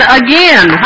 again